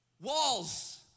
Walls